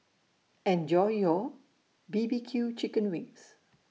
Enjoy your B B Q Chicken Wings